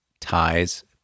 ties